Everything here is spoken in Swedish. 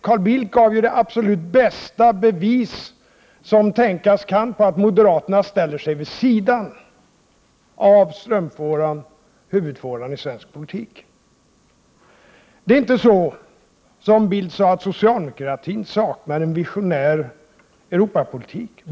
Carl Bildt gav det absolut bästa bevis som tänkas kan på att moderaterna ställer sig vid sidan av huvudfåran i svensk politik. Det är inte så som Carl Bildt sade, att socialdemokratin saknar en visionär Europapolitik.